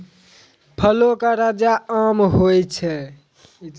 फलो के राजा आम होय छै